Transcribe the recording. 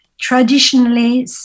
traditionally